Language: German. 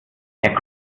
herr